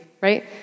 right